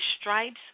stripes